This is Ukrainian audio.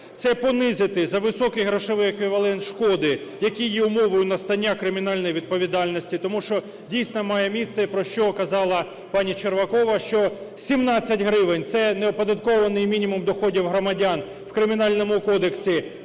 Це понизити зависокий грошовий еквівалент шкоди, який є умовою настання кримінальної відповідальності, тому що дійсно має місце, про що казала пані Червакова, що 17 гривень – це неоподаткований мінімум доходів громадян в Кримінальному кодексі